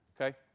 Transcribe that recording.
Okay